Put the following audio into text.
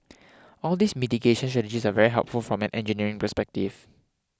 all these mitigation strategies are very helpful from an engineering perspective